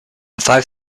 five